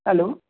hello